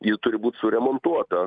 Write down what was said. ji turi būt suremontuota